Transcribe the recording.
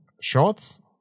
shorts